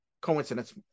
coincidence